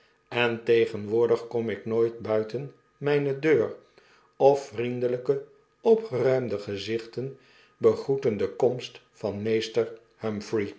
en tegenwoordig kom ik nooit buiten myne deur of vriendelyke opgeruimde gezichten begroeten de komst van meester humphrey